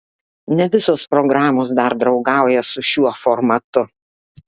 ne visos programos dar draugauja su šiuo formatu